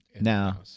Now